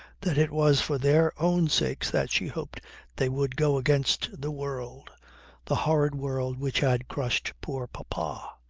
that it was for their own sakes that she hoped they would go against the world the horrid world which had crushed poor papa.